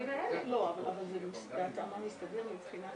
סדר היום צו לתיקון ולקיום תוקפן של תקנות